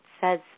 says